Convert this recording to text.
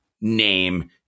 name